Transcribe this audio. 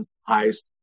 highest